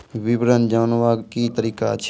विवरण जानवाक की तरीका अछि?